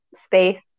space